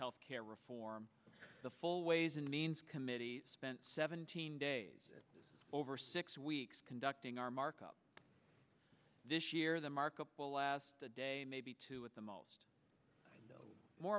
health care reform the full ways and means committee spent seventeen days over six weeks conducting our markup this year the markup will last a day maybe two at the most